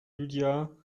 lydia